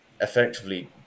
effectively